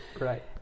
Right